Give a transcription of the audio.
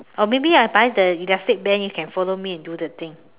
or maybe I buy the elastic band you can follow me and do the thing